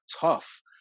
tough